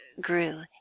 grew